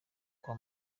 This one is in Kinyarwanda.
kwa